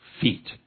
feet